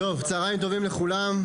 צוהריים טובים לכולם.